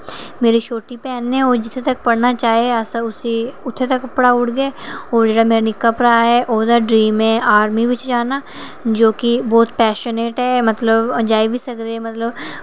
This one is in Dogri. ते होर मेरी छोटी भैन ऐ ओह् जित्थै तगर पढ़ना चाह् अस उसी उत्थूं तगर पढ़ाऊ ओड़गे होर जेह्का मेरा निक्का भ्राऽ ऐ ओह्दा ड्रीम ऐ में आर्मी बिच जाना जो कि बहुत पैशनेट ऐ जाई बी सकदे मतलब